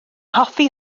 hoffi